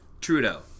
Trudeau